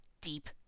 deep